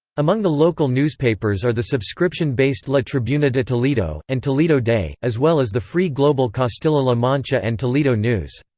among the local newspapers are the subscription-based la tribuna de toledo, and toledo day, as well as the free global castilla la mancha and toledo news.